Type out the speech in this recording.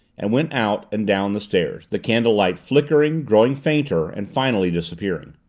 and went out and down the stairs, the candlelight flickering, growing fainter, and finally disappearing.